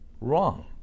wrong